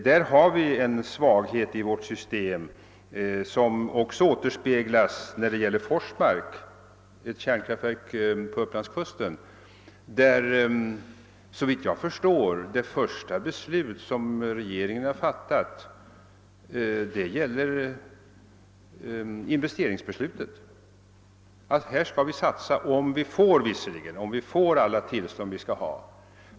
Där har vi en svaghet i vårt system som också kommer till synes när det gäller Forsmark — ett kärnkraftverk på Upplandskusten. Det första beslut som regeringen fattade i den frågan gällde investeringen: Här skall vi satsa — om vi får alla tillstånd vi skall ha.